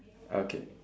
okay